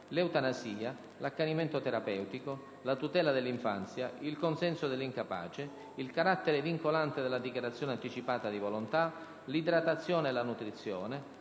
l'eutanasia, l'accanimento terapeutico, la tutela dell'infanzia, il consenso dell'incapace, il carattere vincolante della dichiarazione anticipata di volontà, l'idratazione e la nutrizione,